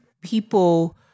people